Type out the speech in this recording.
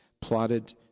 plotted